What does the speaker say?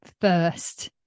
first